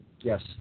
Yes